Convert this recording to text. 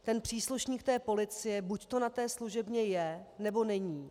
Ten příslušník Policie buďto na té služebně je, nebo není.